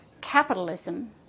Capitalism